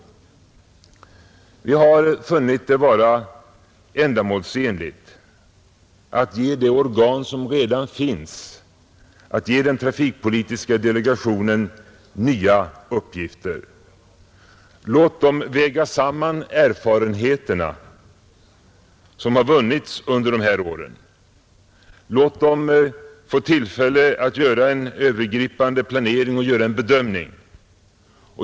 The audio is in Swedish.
Utskottsmajoriteten har funnit det vara ändamålsenligt att ge det organ som redan finns, den trafikpolitiska delegationen, nya uppgifter. Låt den väga samman erfarenheterna som har vunnits under dessa år. Låt den få tillfälle att göra en övergripande planering och bedömning.